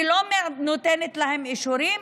לא נותנת להן אישורים,